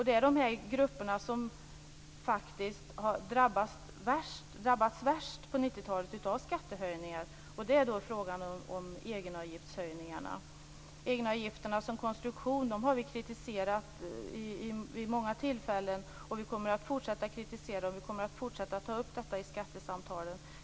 Det är dessa grupper som faktiskt har drabbats värst på 90-talet av skattehöjningar, och då är det frågan om höjningarna av egenavgifterna. Vi har kritiserat egenavgifterna som konstruktion vid många tillfällen, och vi kommer att fortsätta att kritisera dem. Vi kommer att fortsätta att ta upp detta i skattesamtalen.